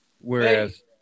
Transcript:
Whereas